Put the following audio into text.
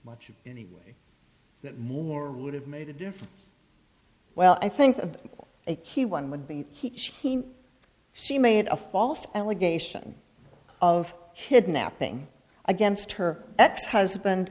much more would have made a difference well i think of a key one would be he she made a false allegation of kidnapping against her ex husband